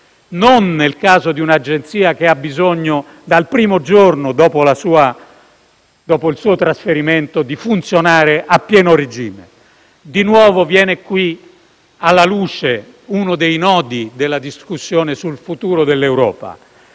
non nel caso di un'agenzia che ha bisogno, dal primo giorno dopo il suo trasferimento, di funzionare a pieno regime. Di nuovo, viene qui alla luce uno dei nodi della discussione sul futuro dell'Europa.